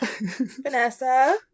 Vanessa